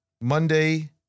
Monday